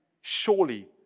Surely